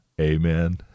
Amen